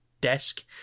desk